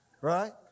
Right